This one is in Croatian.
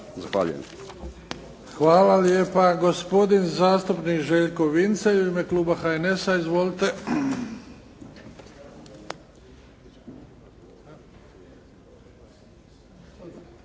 Hvala lijepa. Gospodin zastupnik Željko Vincelj, u ime kluba HNS-a. Izvolite.